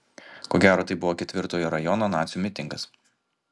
ko gero tai buvo ketvirtojo rajono nacių mitingas